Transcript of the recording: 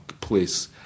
please